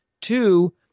Two